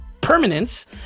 permanence